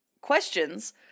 questions